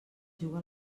juga